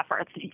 efforts